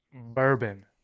bourbon